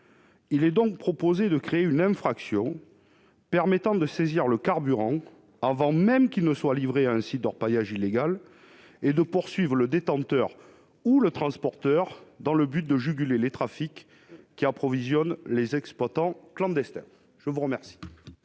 proposons donc de créer une infraction permettant de saisir le carburant avant même que celui-ci ne soit livré à un site d'orpaillage illégal et de poursuivre le détenteur ou le transporteur, dans le but de juguler les trafics qui approvisionnent les exploitants clandestins. Quel